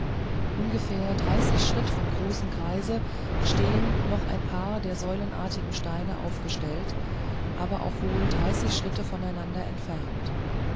ungefähr dreißig schritte vom großen kreise stehen noch ein paar der säulenartigen steine aufgestellt aber auch wohl dreißig schritte voneinander entfernt